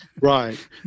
Right